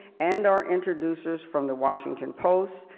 and our introducers from the washington post,